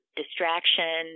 distraction